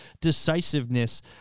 decisiveness